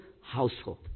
household